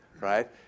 Right